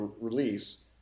release